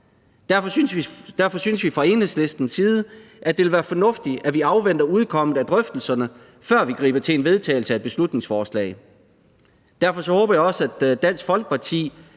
Derfor synes vi fra Enhedslistens side, at det vil være fornuftigt, at vi afventer udkommet af drøftelserne, før vi griber til en vedtagelse af beslutningsforslaget. Derfor håber jeg også, at Dansk Folkeparti